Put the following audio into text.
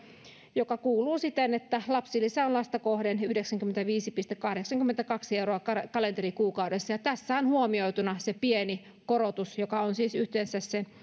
joka kuuluu siten että lapsilisä on lasta kohden yhdeksänkymmentäviisi pilkku kahdeksankymmentäkaksi euroa kalenterikuukaudessa ja tässä on huomioituna se pieni korotus joka on siis yhteensä se